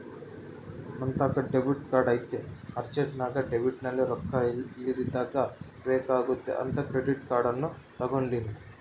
ನಂತಾಕ debit card ಐತೆ ಅರ್ಜೆಂಟ್ನಾಗ ಡೆಬಿಟ್ನಲ್ಲಿ ರೊಕ್ಕ ಇಲ್ಲದಿದ್ದಾಗ ಬೇಕಾಗುತ್ತೆ ಅಂತ ಕ್ರೆಡಿಟ್ ಕಾರ್ಡನ್ನ ತಗಂಡಿನಿ